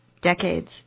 decades